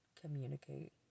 communicate